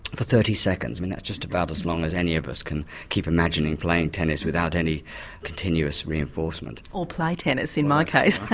for thirty seconds, and that's just about as long as any of us can keep imagining playing tennis without any continuous reinforcement. or play tennis in my case. ah